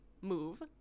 move